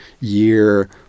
year